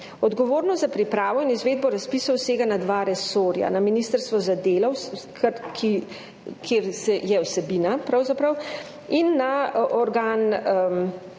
Odgovornost za pripravo in izvedbo razpisov sega na dva resorja, na ministrstvo za delo, kjer je vsebina, pravzaprav,